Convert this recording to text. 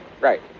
Right